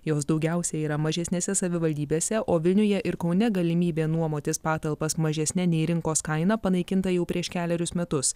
jos daugiausiai yra mažesnėse savivaldybėse o vilniuje ir kaune galimybė nuomotis patalpas mažesne nei rinkos kaina panaikinta jau prieš kelerius metus